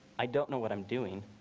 i don't know what i'm doing.